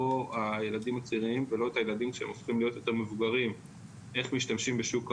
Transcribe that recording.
ולא את הילדים שהופכים להיות מבוגרים איך משתמשים בשוק ההון.